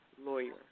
lawyer